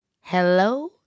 Hello